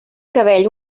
cabell